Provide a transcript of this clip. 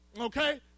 Okay